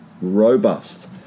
robust